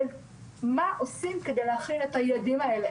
של מה עושים כדי להכין את הילדים האלה.